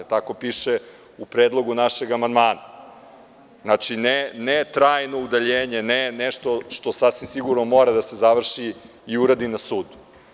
Tako piše u predlogu našeg amandmana, znači, ne trajno udaljenje, ne nešto što sasvim sigurno mora da se završi i uradi na sudu.